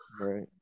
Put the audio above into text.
Right